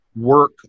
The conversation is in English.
work